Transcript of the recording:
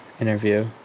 interview